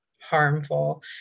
harmful